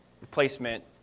replacement